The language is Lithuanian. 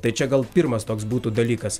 tai čia gal pirmas toks būtų dalykas